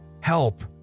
help